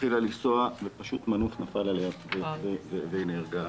התחילה לנסוע ומנוף נפל עליה והיא נהרגה.